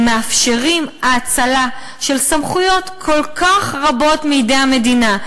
הם מאפשרים האצלה של סמכויות כל כך רבות מידי המדינה,